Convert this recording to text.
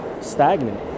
stagnant